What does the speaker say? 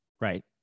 right